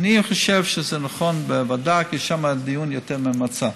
אני חושב שזה נכון בוועדה, כי שם הדיון יותר ממצה.